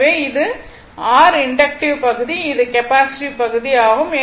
எனவே இது r inductive பகுதி இது கெப்பாசிட்டிவ் பகுதி ஆகும்